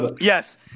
Yes